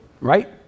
right